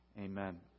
Amen